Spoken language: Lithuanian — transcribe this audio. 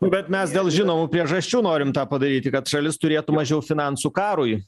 nu bet mes dėl žinomų priežasčių norim tą padaryti kad šalis turėtų mažiau finansų karui